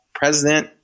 president